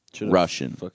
Russian